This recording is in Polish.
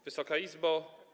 Wysoka Izbo!